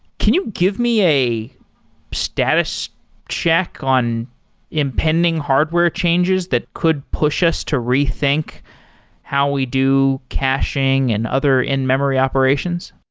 can you give me a status check on impending hardware changes that could push us to rethink how we do caching and other in-memory operations?